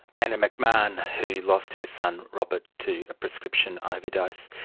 anna mcmahon, who lost her son robert to a prescription overdose.